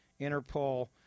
Interpol